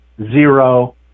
Zero